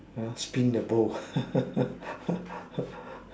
ya spin the bowl